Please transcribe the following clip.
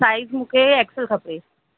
size मूंखे X L खपे